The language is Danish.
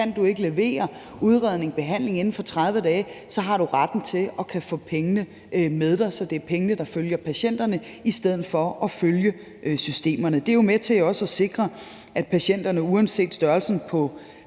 kan man ikke få udredning og behandling inden for 30 dage, har man retten til at kunne få pengene med sig, så pengene følger patienten i stedet for at følge systemerne. Det er med til at sikre, at patienterne uanset størrelsen på